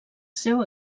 seu